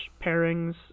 pairings